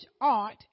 art